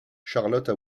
charlotte